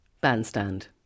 Bandstand